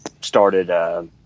started